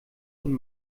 und